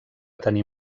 tenir